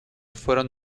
fueron